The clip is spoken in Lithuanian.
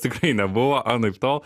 tikrai nebuvo anaiptol